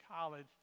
college